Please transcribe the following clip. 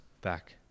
back